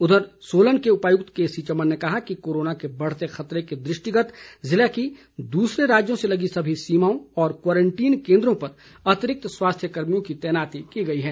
उधर सोलन के उपायुक्त के सी चमन ने कहा है कि कोरोना के बढ़ते खतरे के दृष्टिगत ज़िले की दूसरे राज्यों से लगी सभी सीमाओं और क्वारंटीन केन्द्रों पर अतिरिक्त स्वास्थ्य कर्मियों की तैनाती की गई है